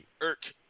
irk